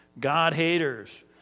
God-haters